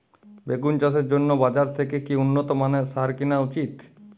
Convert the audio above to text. বেগুন চাষের জন্য বাজার থেকে কি উন্নত মানের সার কিনা উচিৎ?